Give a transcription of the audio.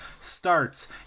starts